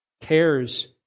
cares